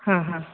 ಹಾಂ ಹಾಂ